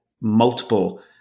multiple